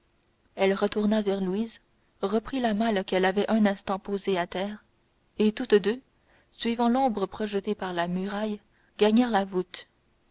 elle retourna vers louise reprit la malle qu'elle avait un instant posée à terre et toutes deux suivant l'ombre projetée par la muraille gagnèrent la voûte